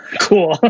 cool